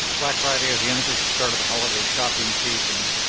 black friday is the unofficial start of the holiday shopping season.